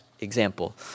example